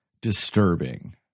disturbing